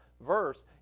verse